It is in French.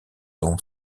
dont